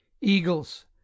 eagles